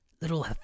Little